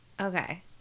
okay